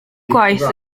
gwaith